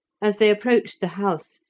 as they approached the house,